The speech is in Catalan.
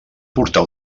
portar